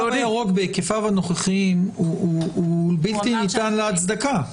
והוא שהתו הירוק בהיקפיו הנוכחיים בלתי ניתן להצדקה.